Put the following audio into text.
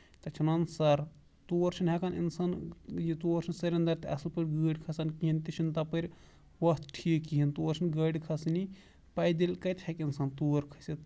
تَتھ چھِ وَنان سر تور چھُنہٕ ہیٚکان اِنسان تور چھُنہٕ سُرِندر تہِ اَصٕل پٲٹھۍ گٲڑۍ کھسان کِہینۍ تہِ چھُنہٕ تَپٲر وَتھ ٹھیٖک کِہینۍ تور چھِ نہٕ گاڑِ کھسٲنٕے پاےدٔلۍ کَتہِ ہیٚکہِ اِنسان تور کھٔستھ